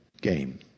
game